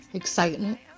excitement